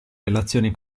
relazioni